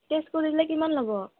test কৰিলে কিমান ল'ব